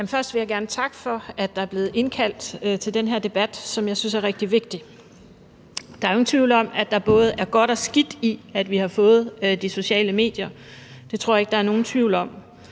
Først vil jeg gerne takke for, at der er blevet indkaldt til den her debat, som jeg synes er rigtig vigtig. Der er jo ikke nogen tvivl om, at der både er godt og skidt i, at vi har fået de sociale medier. På den positive side må man sige,